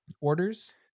orders